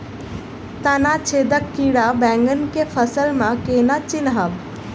तना छेदक कीड़ा बैंगन केँ फसल म केना चिनहब?